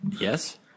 yes